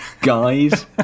guys